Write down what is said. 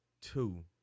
two